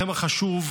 אנחנו שומעים אתכם,